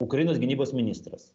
ukrainos gynybos ministras